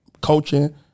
coaching